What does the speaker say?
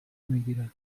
میگیرد